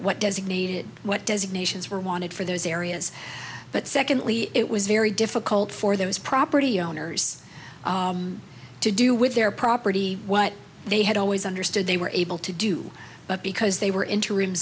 what designated what designations were wanted for those areas but secondly it was very difficult for those property owners to do with their property what they had always understood they were able to do but because they were interi